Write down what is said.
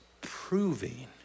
Proving